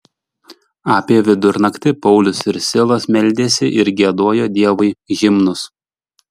apie vidurnaktį paulius ir silas meldėsi ir giedojo dievui himnus